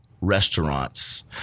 restaurants